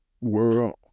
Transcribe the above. world